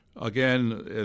Again